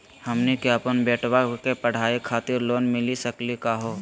हमनी के अपन बेटवा के पढाई खातीर लोन मिली सकली का हो?